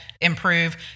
improve